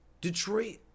Detroit